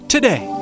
Today